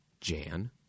Jan